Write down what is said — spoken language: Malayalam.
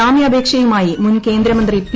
ജാമ്യാപേക്ഷയുമായി മുൻ കേന്ദ്രമന്ത്രി പി